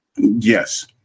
Yes